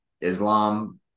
Islam